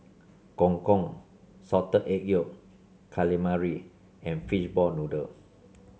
Gong Gong Salted Egg Yolk Calamari and Fishball Noodle